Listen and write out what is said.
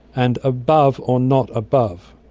and above or not above.